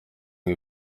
ngo